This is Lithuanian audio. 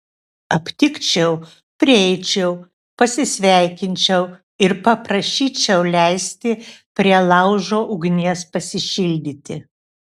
aptikčiau prieičiau pasisveikinčiau ir paprašyčiau leisti prie laužo ugnies pasišildyti